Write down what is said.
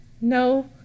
no